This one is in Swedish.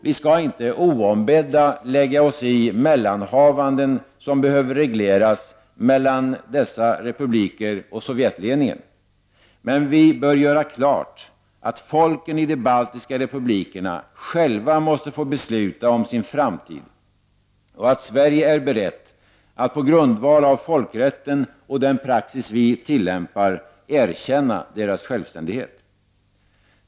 Vi skall inte oombedda lägga oss i mellanhavanden som behöver regleras mellan dem och sovjetledningen. Men vi bör göra klart att folken i de baltiska republikerna själva måste få besluta om sin framtid och att Sverige är berett att på grundval av folkrätten och den praxis vi tillämpar erkänna deras självständighet.